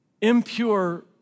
Impure